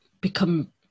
become